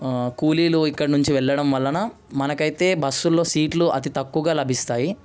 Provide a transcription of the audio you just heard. కూలీలు ఇక్కడి నుంచి వెళ్ళడం వలన మనకైతే బస్సుల్లో సీట్లు అతి తక్కువ లభిస్తాయి